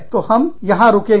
तो हम यहां रुकेंगे